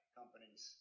companies